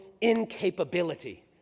incapability